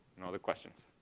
no other questions.